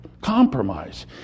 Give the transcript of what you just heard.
compromise